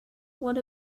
what